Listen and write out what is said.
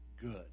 good